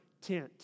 tent